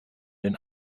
den